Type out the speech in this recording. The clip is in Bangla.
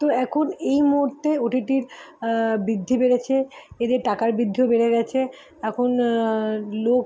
তো এখন এই মুহুর্তে ও টি টির বৃদ্ধি বেড়েছে এতে টাকার বৃদ্ধিও বেড়ে গেছে এখন লোক